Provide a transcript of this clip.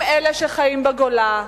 הם אלה שחיים בגולה,